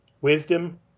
Wisdom